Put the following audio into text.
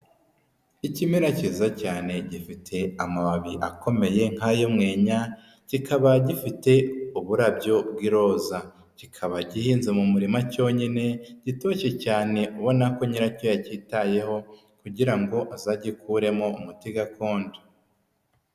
Ikimera kiza cyane gifite amababi akomeye nk'ay'umweya kikaba gifite uburabyo bw'iroza kikaba gihinze mu murima cyonyine, gitoshye cyane ubona ko nyiracyo yagitayeho kugira ngo azagikuremo umuti gakondo.